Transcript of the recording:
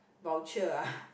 voucher ah